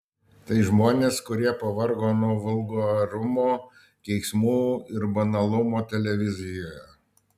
tai žmonės kurie pavargo nuo vulgarumo keiksmų ir banalumo televizijoje